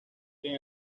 quien